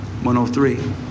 103